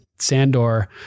Sandor